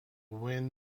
win